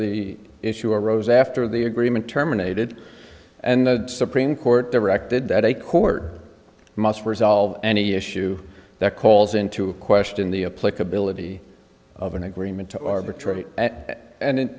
the issue arose after the agreement terminated and the supreme court directed that a court must resolve any issue that calls into question the apply ability of an agreement to arbitrate and then